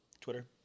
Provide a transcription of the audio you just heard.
Twitter